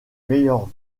meilleures